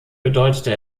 bedeutete